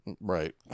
Right